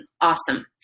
awesome